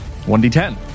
1d10